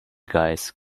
guys